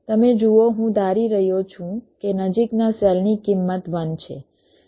તમે જુઓ હું ધારી રહ્યો છું કે નજીકના સેલની કિંમત 1 છે